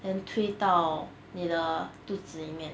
then 推到你的肚子里面